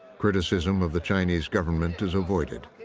criticism of the chinese government is avoided,